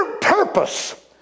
purpose